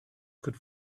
could